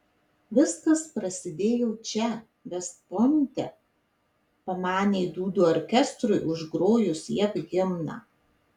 viskas prasidėjo čia vest pointe pamanė dūdų orkestrui užgrojus jav himną